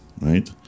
right